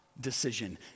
decision